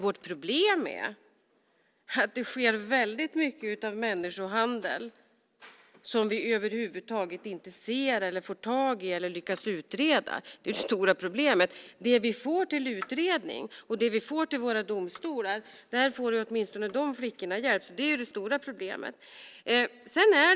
Vårt problem är att det sker väldigt mycket av människohandel som vi över huvud taget inte ser eller får tag i eller lyckas utreda. Det är det stora problemet. När det gäller det vi får till utredning och det vi får till våra domstolar får flickorna åtminstone hjälp. Det här är det stora problemet.